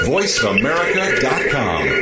VoiceAmerica.com